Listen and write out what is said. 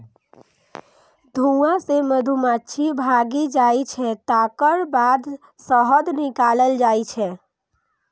धुआं सं मधुमाछी भागि जाइ छै, तकर बाद शहद निकालल जाइ छै